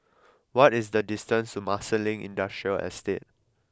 what is the distance to Marsiling Industrial Estate